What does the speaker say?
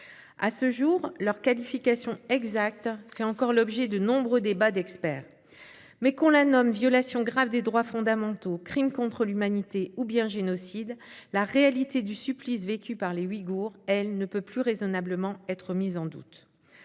À ce jour, leur qualification exacte fait encore l'objet de nombreux débats d'experts. Mais, qu'on la nomme « violations graves des droits fondamentaux »,« crimes contre l'humanité » ou bien « génocide », la réalité du supplice vécu par les Ouïghours, elle, ne peut plus raisonnablement être mise en doute.